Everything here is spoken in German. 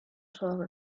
tore